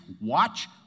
watch